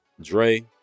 dre